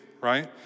right